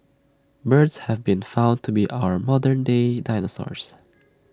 birds have been found to be our modern day dinosaurs